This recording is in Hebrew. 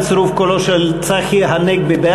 בצירוף קולו של צחי הנגבי,